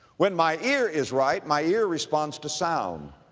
when my ear is right, my ear responds to sound.